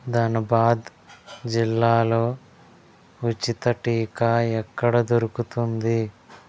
ధనబాద్ జిల్లాలో ఉచిత టీకా ఎక్కడ దొరుకుతుంది